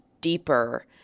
deeper